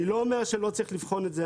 אני לא אומר שלא צריך לבחון את זה,